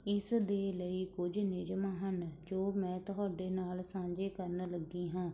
ਇਸ ਦੇ ਲਈ ਕੁਝ ਨਿਯਮ ਹਨ ਜੋ ਮੈਂ ਤੁਹਾਡੇ ਨਾਲ ਸਾਂਝੇ ਕਰਨ ਲੱਗੀ ਹਾਂ